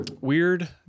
weird